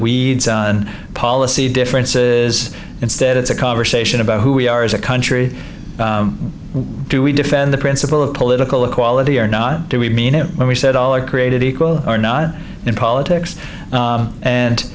weeds on policy differences instead it's a conversation about who we are as a country do we defend the principle of political equality or not do we mean when we said all are created equal or not in politics